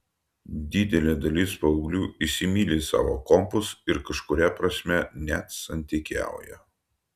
didelė dalis paauglių įsimyli savo kompus ir kažkuria prasme net santykiauja